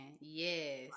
Yes